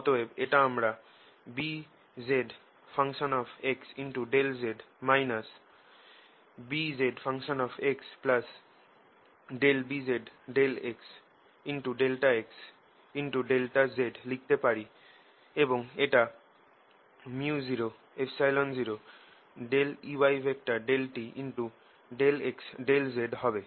অতএব এটা আমরা Bzx∆z BzxBz∂x∆x∆z লিখতে পারি এবং এটা µ00Ey∂t∆x∆z হবে